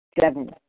Seven